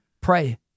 Pray